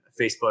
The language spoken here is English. Facebook